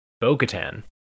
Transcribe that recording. Bo-Katan